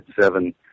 seven